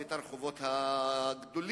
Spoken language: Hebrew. את הרחובות הגדולים,